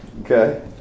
Okay